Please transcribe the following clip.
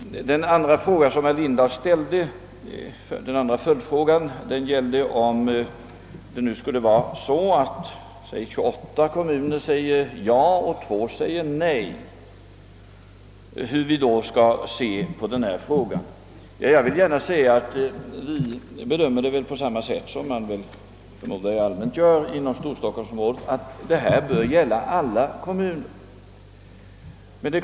Herr Lindahls andra följdfråga var hur vi skulle se på denna sak om 28 kommuner säger ja och två säger nej. Jag vill svara att vi bedömer den saken på samma sätt som man väl allmänt gör inom storstockholmsområdet, nämligen att detta bör gälla alla kommuner.